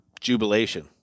jubilation